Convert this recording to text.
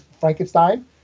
Frankenstein